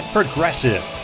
Progressive